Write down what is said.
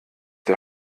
der